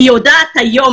היא יודעת היום,